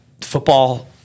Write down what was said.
football